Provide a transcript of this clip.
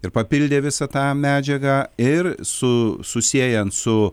ir papildė visą tą medžiagą ir su susiejant su